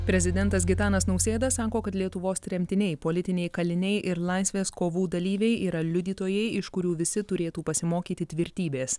prezidentas gitanas nausėda sako kad lietuvos tremtiniai politiniai kaliniai ir laisvės kovų dalyviai yra liudytojai iš kurių visi turėtų pasimokyti tvirtybės